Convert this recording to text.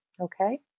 Okay